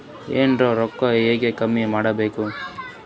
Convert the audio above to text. Insurance ರೊಕ್ಕ ಹೆಂಗ claim ಮಾಡ್ಬೇಕ್ರಿ?